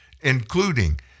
including